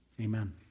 amen